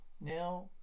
Now